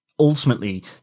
Ultimately